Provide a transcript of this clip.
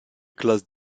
classes